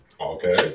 Okay